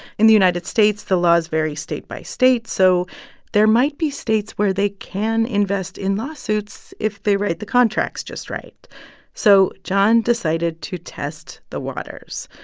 in the united states, the laws vary state by state, so there might be states where they can invest in lawsuits if they write the contracts just right so jon decided to test the waters.